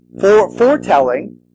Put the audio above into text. foretelling